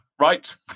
right